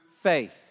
faith